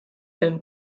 beim